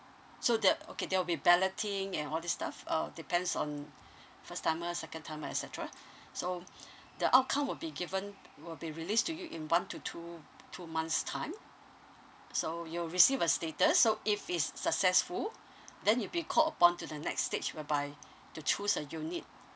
so the okay there will be balloting and all these stuff uh depends on first timer second timer et cetera so the outcome would be given will be released to you in one to two two months' time so you'll receive a status so if is successful then you'll be called upon to the next stage whereby to choose a unit